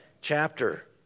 chapter